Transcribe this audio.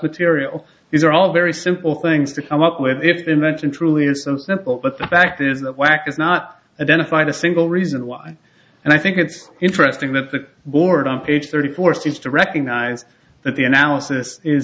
material these are all very simple things to sum up with if the invention truly is so simple but the fact is the lack is not identified a single reason why and i think it's interesting that the board on page thirty four seems to recognize that the analysis is